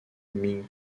ming